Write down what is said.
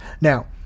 Now